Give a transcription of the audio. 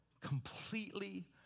completely